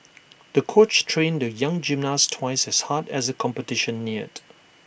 the coach trained the young gymnast twice as hard as the competition neared